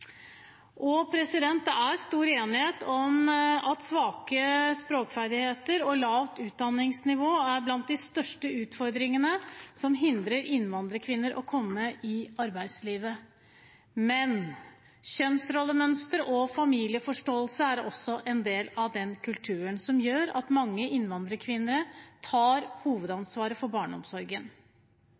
Det er stor enighet om at svake språkferdigheter og lavt utdanningsnivå er blant de største utfordringene som hindrer innvandrerkvinner i å komme inn i arbeidslivet. Men kjønnsrollemønster og familieforståelse er også en del av den kulturen som gjør at mange innvandrerkvinner tar hovedansvaret for barneomsorgen.